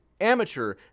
amateur